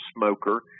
smoker